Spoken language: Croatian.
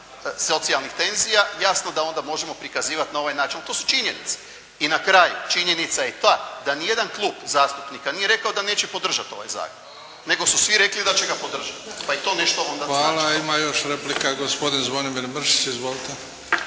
socijalnih tenzija, jasno da onda možemo prikazivati na ovaj način, ali to su činjenice. I na kraju, činjenica je i ta da nijedan klub zastupnika nije rekao da neće podržati ovaj zakon, nego su svi rekli da će ga podržati, pa i to nešto onda znači. **Bebić, Luka (HDZ)** Hvala. Ima još replika. Gospodin Zvonimir Mršić. Izvolite.